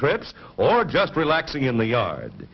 trips or just relaxing in the yard